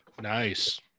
Nice